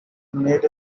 made